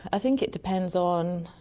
i think it depends on.